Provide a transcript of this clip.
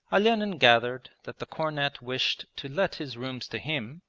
olenin gathered that the cornet wished to let his rooms to him,